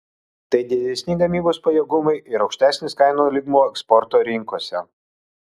tai didesni gamybos pajėgumai ir aukštesnis kainų lygmuo eksporto rinkose